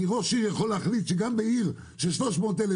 ראש עיר יכול להחליט שגם בעיר של 300,000